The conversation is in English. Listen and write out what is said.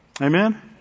Amen